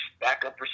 Backup